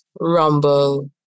rumble